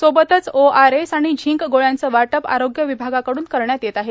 सोबतच ओआरएस आणि झिंक गोळ्यांचं वाटप आरोग्य विभागाकडून करण्यात येत आहे